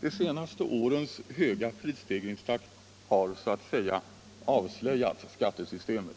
De senaste årens höga prisstegringstakt har så att säga avslöjat skattesystemet.